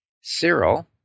Cyril